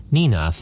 Nina